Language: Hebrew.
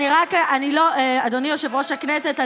אדוני יושב-ראש הכנסת,